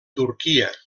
turquia